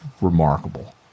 remarkable